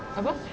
apa